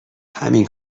همین